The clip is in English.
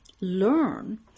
learn